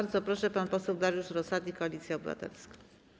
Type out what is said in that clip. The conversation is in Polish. Bardzo proszę, pan poseł Dariusz Rosati, Koalicja Obywatelska.